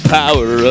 power